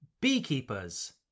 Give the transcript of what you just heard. beekeepers